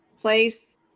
place